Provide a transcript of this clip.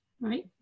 right